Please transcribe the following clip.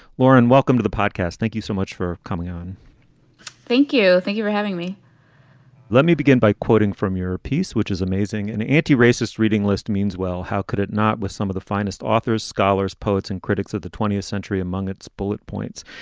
lauren, welcome to the podcast. thank you so much for coming on thank you. thank you for having me let me begin by quoting from your piece, which is amazing. an anti-racist reading list means, well, how could it not with some of the finest authors, scholars, poets and critics of the twentieth century among its bullet points?